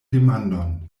demandon